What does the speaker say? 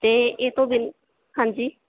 ਅਤੇ ਇਹ ਤੋਂ ਬਿਨ ਹਾਂਜੀ